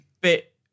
bit